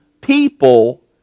people